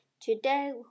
Today